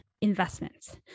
investments